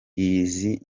izi